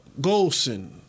Golson